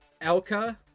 Elka